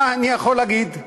מה אני יכול להגיד?